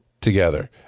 together